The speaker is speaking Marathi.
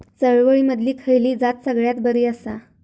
चवळीमधली खयली जात सगळ्यात बरी आसा?